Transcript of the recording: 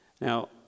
Now